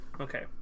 Okay